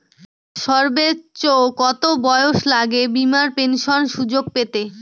সর্বোচ্চ কত বয়স লাগে বীমার পেনশন সুযোগ পেতে?